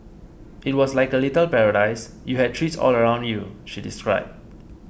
it was like a little paradise you had trees all around you she described